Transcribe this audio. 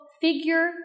figure